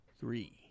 Three